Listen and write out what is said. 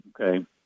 okay